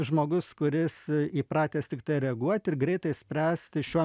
žmogus kuris įpratęs tiktai reaguot ir greitai spręsti šiuo